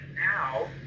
now